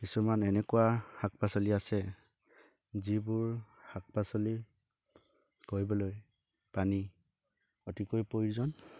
কিছুমান এনেকুৱা শাক পাচলি আছে যিবোৰ শাক পাচলি কৰিবলৈ পানী অতিকৈ প্ৰয়োজন